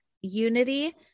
unity